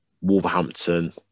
Wolverhampton